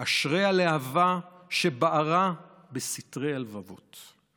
אשרי הלהבה שבערה בסתרי לבבות /